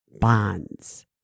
bonds